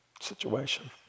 situation